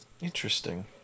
interesting